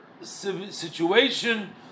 situation